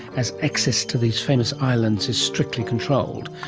as access to these famous islands is strictly controlled.